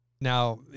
Now